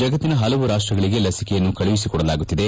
ಜಗತ್ತಿನ ಹಲವು ರಾಷ್ಸಗಳಿಗೆ ಲಸಿಕೆಯನ್ನು ಕಳುಹಿಡಿಕೊಡಲಾಗುತ್ತಿದೆ